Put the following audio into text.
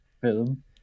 Film